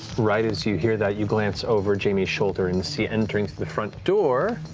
right as you hear that, you glance over jamie's shoulder and see entering through the front door